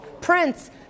Prince